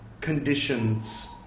conditions